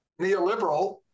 neoliberal